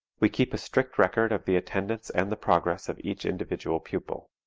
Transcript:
we keep a strict record of the attendance and the progress of each individual pupil.